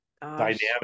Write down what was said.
dynamic